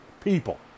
people